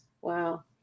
Wow